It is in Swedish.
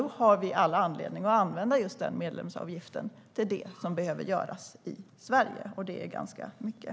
Då har vi all anledning att använda medlemsavgiften till det som behöver göras i Sverige, och det är ganska mycket.